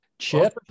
Chip